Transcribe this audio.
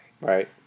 right